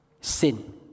sin